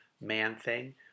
Man-Thing